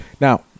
now